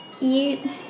eat